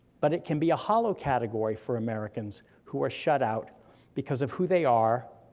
but it can be a hollow category for americans who are shut out because of who they are,